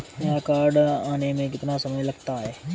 नया कार्ड आने में कितना समय लगता है?